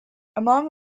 among